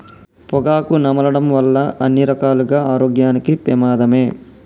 పొగాకు నమలడం వల్ల అన్ని రకాలుగా ఆరోగ్యానికి పెమాదమే